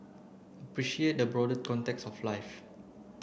appreciate the broader context of life